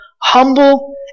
Humble